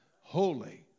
holy